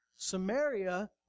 Samaria